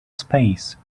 space